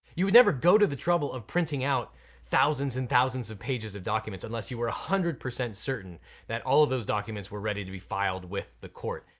you would never go to the trouble of printing out thousands and thousands of pages of documents unless you were one hundred percent certain that all of those documents were ready to be filed with the court.